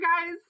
guys